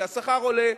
כי השכר עולה,